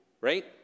right